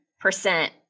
percent